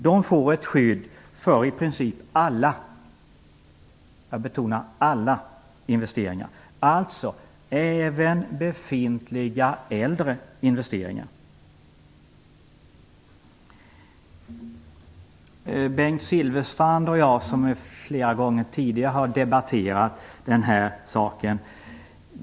De får ett skydd för i princip alla investeringar, alltså även befintliga äldre investeringar. Bengt Silfverstrand och jag har flera gånger tidigare debatterat den här saken.